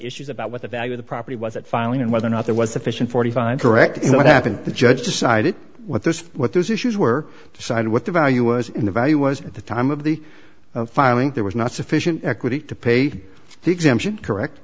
issues about what the value of the property was at filing and whether or not there was sufficient forty five correct what happened the judge decided what those what those issues were decided what the value was in the value was at the time of the filing there was not sufficient equity to pay the exemption correct